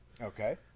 Okay